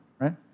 right